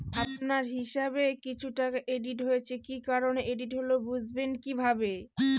আপনার হিসাব এ কিছু টাকা ক্রেডিট হয়েছে কি কারণে ক্রেডিট হল বুঝবেন কিভাবে?